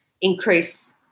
increase